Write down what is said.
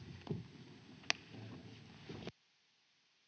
Kiitos,